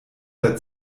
der